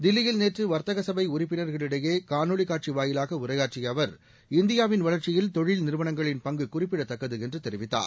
தில்லியில் நேற்று வர்த்தக சபை உறுப்பினர்களிடையே காணொலி காட்சி வாயிலாக உரையாற்றிய அவர் இந்தியாவின் வளர்ச்சியில் தொழில்நிறுவனங்களின் பங்கு குறிப்பிடத்தக்கது என்று தெரிவித்தார்